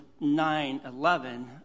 9-11